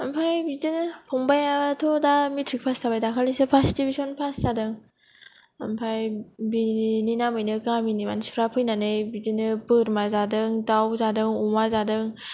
ओमफ्राय बिदिनो फंबायाथ' दा मेट्रिक पास जाबाय दाखालिसो फार्सट डिभिसन पास जादों ओमफ्राय बिनि नामैनो गामिनि मानसिफोरा फैनानै बोरमा जादों दाउ जादों अमा जादों